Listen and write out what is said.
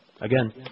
Again